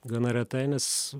gana retai nes